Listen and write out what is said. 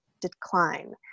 decline